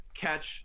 catch